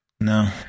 No